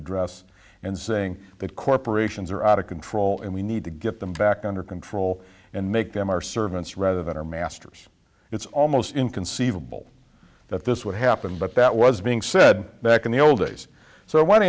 address and saying that corporations are out of control and we need to get them back under control and make them our servants rather than our masters it's almost inconceivable that this would happen but that was being said back in the old days so i want to